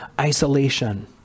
isolation